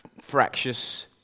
fractious